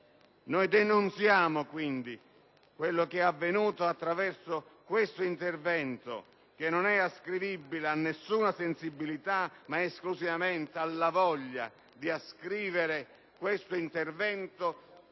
Denunziamo quindi ciò che è avvenuto attraverso questo provvedimento, che non è ascrivibile a nessuna sensibilità ma esclusivamente alla voglia di inscrivere l'intervento